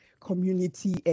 community